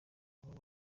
aba